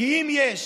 כי אם יש